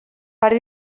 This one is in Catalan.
per